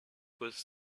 was